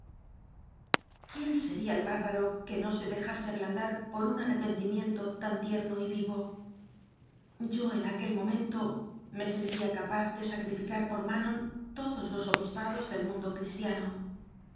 quién sería el bárbaro que no se dejase ablan dar por un arrepentimiento tan tierno y vivo yo en aquel momento me sentía capaz de sacrificar por manon todos los obispados del mundo cristia